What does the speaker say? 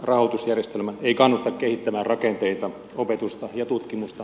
rahoitusjärjestelmä ei kannusta kehittämään rakenteita opetusta ja tutkimusta